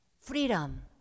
freedom